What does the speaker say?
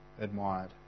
admired